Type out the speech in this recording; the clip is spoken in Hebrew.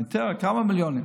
יותר, כמה מיליונים.